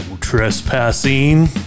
trespassing